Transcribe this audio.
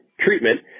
treatment